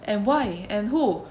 and why and who